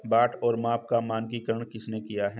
बाट और माप का मानकीकरण किसने किया?